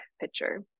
picture